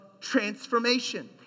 transformation